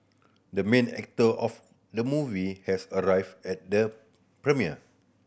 the main actor of the movie has arrived at the premiere